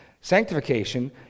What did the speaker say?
Sanctification